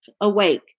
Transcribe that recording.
awake